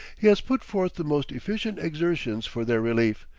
he has put forth the most efficient exertions for their relief,